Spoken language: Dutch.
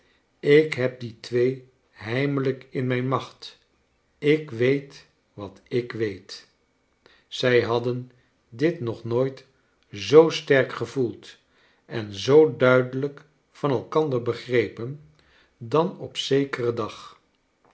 ik heb die twee heimelijk in mijn macht ik weet wat ik weet zij hadden dit nog nooit zoo sterk gevoeld en zoo duidelijk van elkander begrepen dan op zekeren dag